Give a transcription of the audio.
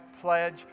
pledge